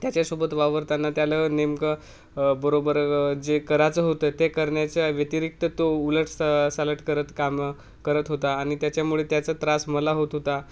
त्याच्यासोबत वावरताना त्याला नेमकं बरोबर जे करायचं होतं ते करण्याच्या व्यतिरिक्त तो उलट सा सालट करत कामं करत होता आणि त्याच्यामुळे त्याचा त्रास मला होत होता